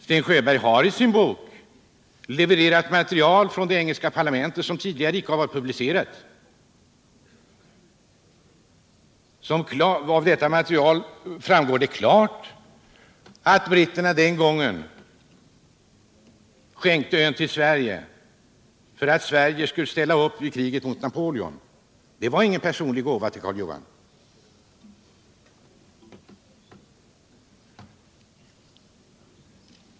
Sten Sjöberg har i sin bok levererat material från det engelska parlamentet som tidigare inte varit publicerat. Och av detta material framgår klart att britterna den gången skänkte ön till Sverige för att Sverige skulle ställa upp i kriget mot Napoleon — det var ingen personlig gåva till Karl Johan.